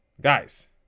Guys